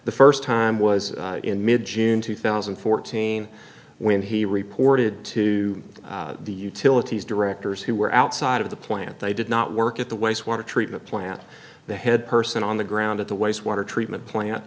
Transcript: the first time was in mid june two thousand and fourteen when he reported to the utilities directors who were outside of the plant they did not work at the wastewater treatment plant the head person on the ground at the wastewater treatment plant